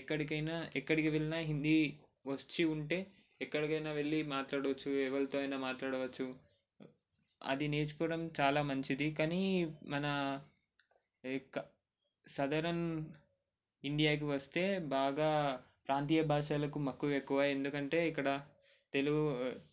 ఎక్కడికైనా ఎక్కడికి వెళ్ళినా హిందీ వచ్చి ఉంటే ఎక్కడికైనా వెళ్ళి మాట్లాడవచ్చు ఎవరితో అయినా మాట్లాడవచ్చు అది నేర్చుకోవడం చాలా మంచిది కానీ మన ఇంకా సదరన్ ఇండియాకి వస్తే బాగా ప్రాంతీయ భాషలకు మక్కువ ఎక్కువ ఎందుకంటే ఇక్కడ తెలుగు